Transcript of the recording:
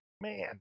man